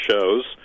shows